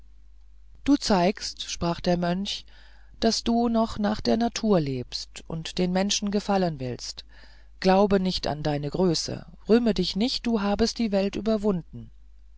du zeigst sprach der mönch daß du noch nach der natur lebst und den menschen gefallen willst glaube nicht an deine größe rühme dich nicht du habest die welt überwunden